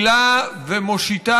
המצב היום הוא שאין